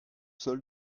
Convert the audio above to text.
sol